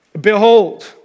Behold